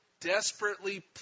desperately